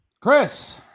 Chris